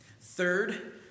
Third